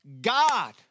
God